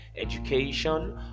education